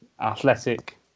Athletic